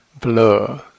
blur